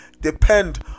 depend